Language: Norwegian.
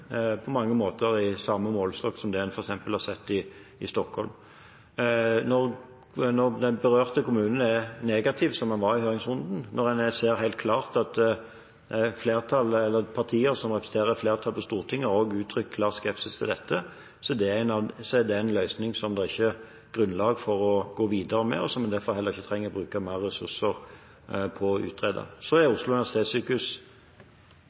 på mange måter i samme målestokk som det en f.eks. har sett i Stockholm. Når den berørte kommunen er negativ, som den var i høringsrunden, og når en ser helt klart at partier som representerer flertallet på Stortinget, også uttrykker klar skepsis til dette, er det en løsning som det ikke er grunnlag for å gå videre med, og som en derfor heller ikke trenger å bruke mer ressurser på å utrede. Eg oppfattar svaret slik at statsråden meiner det er politisk oppslutning om å samlokalisera store delar av Oslo universitetssykehus